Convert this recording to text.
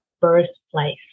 birthplace